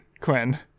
Quinn